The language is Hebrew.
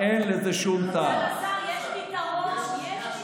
סגן השר, אבל יש לי בעיה.